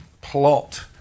plot